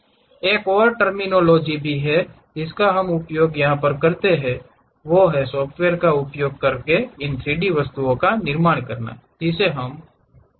एक और टेर्मिनोलोजी भी है जिसका उपयोग हम तब करते हैं जब हम सॉफ्टवेयर का उपयोग करके इन 3 डी वस्तुओं का निर्माण कर रहे होते हैं जिसे हम चैमफर कहते हैं